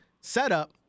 setup